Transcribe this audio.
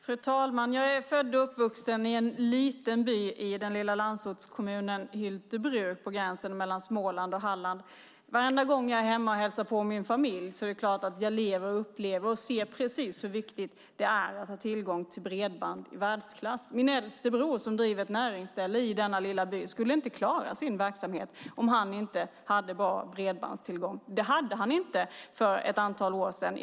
Fru talman! Jag är född och uppvuxen i en liten by i den lilla landsortskommunen Hyltebruk på gränsen mellan Småland och Halland. Varenda gång jag är hemma och hälsar på min familj är det klart att jag upplever och ser hur viktigt det är att ha tillgång till bredband i världsklass. Min äldste bror som driver ett näringsställe i denna lilla by skulle inte klara sin verksamhet om han inte hade bra tillgång till bredband. Det hade han inte för ett antal år sedan.